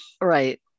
Right